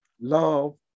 Love